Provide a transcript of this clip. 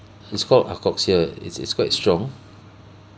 it's called arcoxia it's it's quite strong